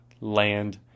Land